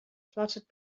fluttered